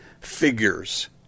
figures –